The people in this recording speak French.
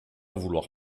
vouloir